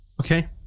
Okay